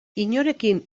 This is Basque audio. inorekin